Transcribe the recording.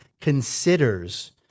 considers